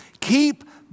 Keep